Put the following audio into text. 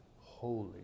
holy